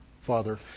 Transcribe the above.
Father